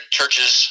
churches